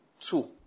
two